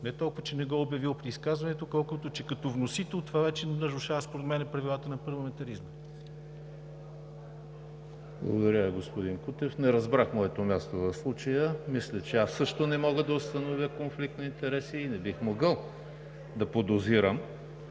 не толкова, че не го е обявил в изказването, колкото, че като вносител това вече нарушава, според мен, правилата на парламентаризма. ПРЕДСЕДАТЕЛ ЕМИЛ ХРИСТОВ: Благодаря Ви, господин Кутев. Не разбрах моето място в случая. Мисля, че аз също не мога да установя конфликт на интереси и не бих могъл да подозирам.